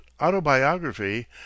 Autobiography